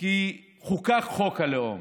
כי חוקק חוק הלאום